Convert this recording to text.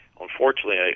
unfortunately